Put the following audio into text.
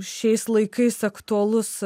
šiais laikais aktualus